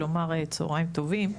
לומר צוהריים טובים,